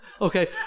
okay